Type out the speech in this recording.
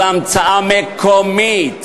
זו המצאה מקומית,